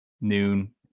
noon